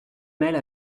mêle